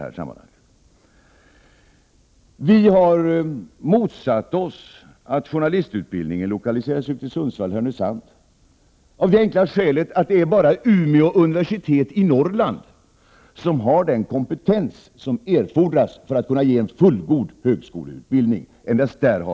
Vi moderater har motsatt oss att journalistutbildningen utlokaliseras till Sundsvall-Härnösand. Det har vi gjort av det enkla skälet att det i Norrland endast är Umeå universitet som har den kompetens som erfordras för att man skall kunna ge en fullgod högskoleutbildning.